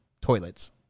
toilets